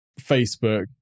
Facebook